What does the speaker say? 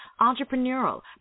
entrepreneurial